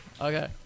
Okay